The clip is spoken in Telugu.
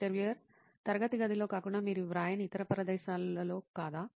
ఇంటర్వ్యూయర్ తరగతి గదిలో కాకుండా మీరు వ్రాయని ఇతర ప్రదేశాలలో కాదా